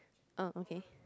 oh okay